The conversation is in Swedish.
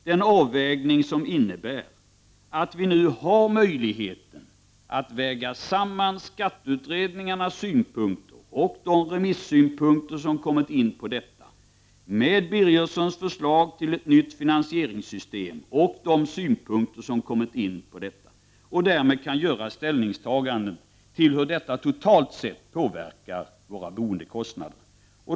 Denna avvägning innebär att vi nu får möjlighet att väga samman skatteutredningarnas synpunkter och de remissynpunkter som kommer in på dessa med Birgerssons förslag till ett nytt finansieringssystem och de synpunkter som kommer in på detta. Därmed kan man se hur det totalt sett kommer att påverka våra boendekostnader.